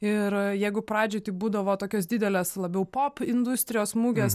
ir jeigu pradžioj būdavo tokios didelės labiau pop industrijos mugės